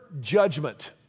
judgment